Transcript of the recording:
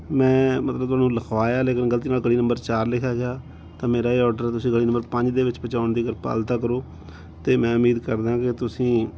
ਮੈਂ ਮਤਲਬ ਤੁਹਾਨੂੰ ਲਿਖਵਾਇਆ ਲੇਕਿਨ ਗਲਤੀ ਨਾਲ ਗਲੀ ਨੰਬਰ ਚਾਰ ਲਿਖਿਆ ਗਿਆ ਤਾਂ ਮੇਰਾ ਇਹ ਆਰਡਰ ਤੁਸੀਂ ਗਲੀ ਨੰਬਰ ਪੰਜ ਦੇ ਵਿੱਚ ਪਹੁੰਚਾਉਣ ਦੀ ਕਿਰਪਾਲਤਾ ਕਰੋ ਅਤੇ ਮੈਂ ਉਮੀਦ ਕਰਦਾ ਕਿ ਤੁਸੀਂ